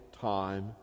time